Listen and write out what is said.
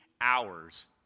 hours